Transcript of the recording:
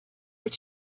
your